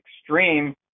extreme